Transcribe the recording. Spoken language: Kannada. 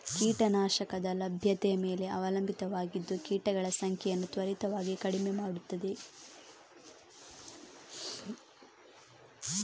ಕೀಟ ನಾಶಕದ ಲಭ್ಯತೆಯ ಮೇಲೆ ಅವಲಂಬಿತವಾಗಿದ್ದು ಕೀಟಗಳ ಸಂಖ್ಯೆಯನ್ನು ತ್ವರಿತವಾಗಿ ಕಡಿಮೆ ಮಾಡುತ್ತದೆ